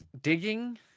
digging